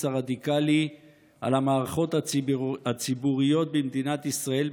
הרדיקלי על המערכות הציבוריות במדינת ישראל,